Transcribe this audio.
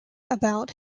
about